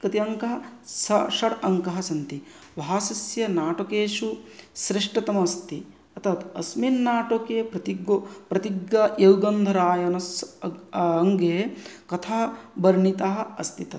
कति अङ्काः सः षट् अङ्काः सन्ति भासस्य नाटकेषु श्रेष्ठतमम् अस्ति अतः अस्मिन् नाटके प्रतिज्ञायौगन्धरायणस्य अङ्गे कथा वर्णिताः अस्ति तत्र